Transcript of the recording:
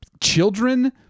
children